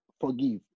forgive